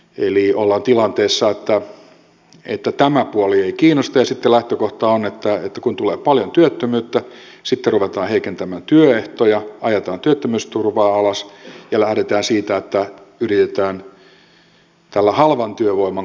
eli ollaan tilanteessa että tämä puoli ei kiinnosta ja sitten lähtökohta on että kun tulee paljon työttömyyttä sitten ruvetaan heikentämään työehtoja ajetaan työttömyysturvaa alas ja lähdetään siitä että yritetään tällä halvan työvoiman konseptilla pärjätä